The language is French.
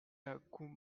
kumbakonam